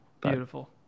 Beautiful